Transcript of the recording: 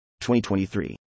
2023